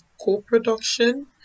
co-production